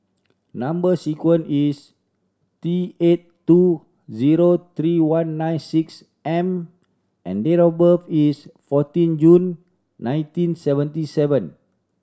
number sequence is T eight two zero three one nine six M and date of birth is fourteen June nineteen seventy seven